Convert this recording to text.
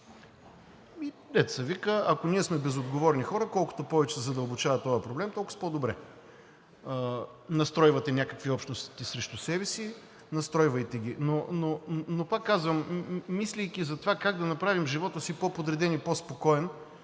се вика, ако ние сме безотговорни хора, колкото повече се задълбочава този проблем, толкоз по-добре, настройвате някакви общности срещу себе си, настройвайте ги. Пак казвам, мислейки за това как да направим живота си по-подреден и по-спокоен,